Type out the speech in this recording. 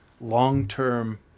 long-term